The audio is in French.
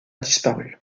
disparu